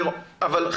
אבל,